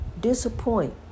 disappoint